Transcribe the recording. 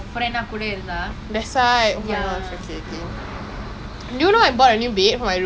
characters in space and then they'll be like err two imposters or one imposter in a game